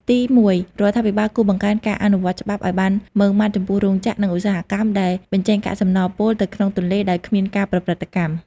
ទីមួយ រដ្ឋាភិបាលគួរបង្កើនការអនុវត្តច្បាប់ឱ្យបានម៉ឺងម៉ាត់ចំពោះរោងចក្រ និងឧស្សាហកម្មដែលបញ្ចេញកាកសំណល់ពុលទៅក្នុងទន្លេដោយគ្មានការប្រព្រឹត្តកម្ម។